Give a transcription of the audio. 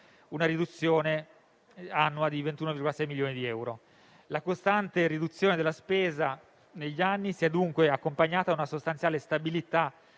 una riduzione annua di 21,6 milioni di euro. La costante riduzione della spesa negli ultimi anni si è dunque accompagnata a una sostanziale stabilità